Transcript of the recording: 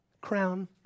Crown